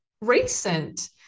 recent